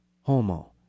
Homo